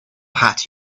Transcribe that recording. hat